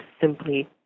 simply